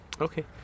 Okay